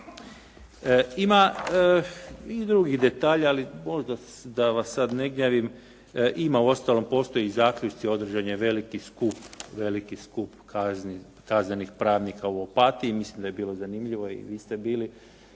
Ima i drugih detalja, ali možda da vas sad ne gnjavim, ima uostalom postoje i zaključci, održan je veliki skup kaznenih pravnika u Opatiji. Mislim da je bilo zanimljivo, i vi ste bili,